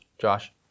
Josh